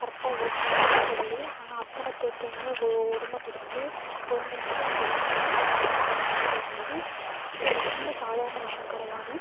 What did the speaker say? கரெக்ட்டாக இருக்காதுன்னு சொல்லி ஆனால் அத்தனை பேர்தையுமே ஒ ஒடுமைபடுத்தி ஒருங்கிணைச்சு அவங்க வந்து அஹிம்சை வழியில் போராடினது வந்து ஒரு சின்ன சாதாரண விஷயம் கிடையாது